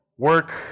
Work